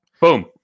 Boom